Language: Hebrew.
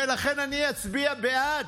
ולכן אני אצביע בעד.